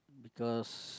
first